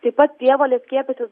taip pat prievolę skiepytis